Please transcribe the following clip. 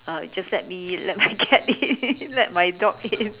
uh just let me let my cat in let my dog in